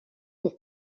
pour